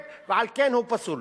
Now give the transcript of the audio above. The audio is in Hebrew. ועל כן הוא פסול.